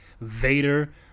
Vader